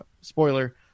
spoiler